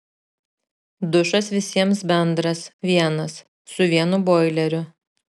dušas visiems bendras vienas su vienu boileriu